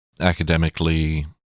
academically